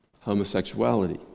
homosexuality